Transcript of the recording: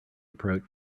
approach